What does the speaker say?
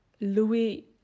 Louis